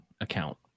account